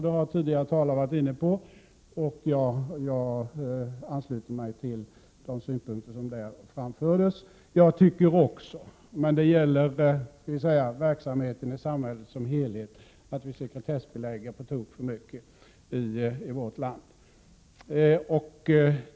Det har tidigare talare varit inne på, och jag ansluter mig till de synpunkter som därvid har framförts. Jag tycker också — och det gäller verksamheten i samhället som helhet — att vi sekretessbelägger på tok för mycket i vårt land.